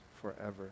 forever